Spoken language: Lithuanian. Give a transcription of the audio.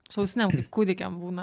su ausinėm kaip kūdikiam būna